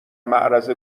معرض